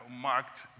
marked